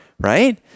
right